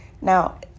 Now